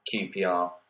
QPR